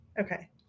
Okay